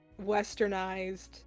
westernized